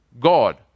God